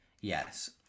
Yes